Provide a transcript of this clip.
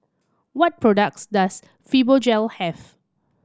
what products does Fibogel have